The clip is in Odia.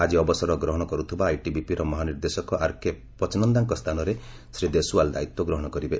ଆଜି ଅବସର ଗ୍ରହଣ କରୁଥିବା ଆଇଟିବିପିର ମହାନିର୍ଦ୍ଦେଶକ ଆର୍କେ ପଚନନ୍ଦାଙ୍କ ସ୍ଥାନରେ ଶ୍ରୀ ଦେଶୱାଲ ଦାୟିତ୍ୱ ଗ୍ରହଣ କରିବେ